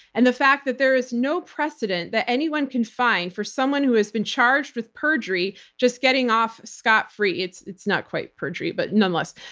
and the fact that there is no precedent that anyone can find for someone who has been charged with perjury just getting off scot-free. it's it's not quite perjury, but nonetheless.